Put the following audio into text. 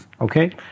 okay